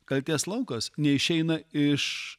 kaltės laukas neišeina iš